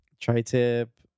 tri-tip